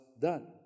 done